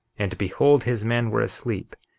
and behold, his men were asleep,